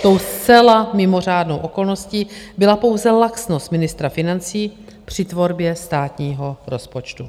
Tou zcela mimořádnou okolností byla pouze laxnost ministra financí při tvorbě státního rozpočtu.